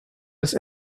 his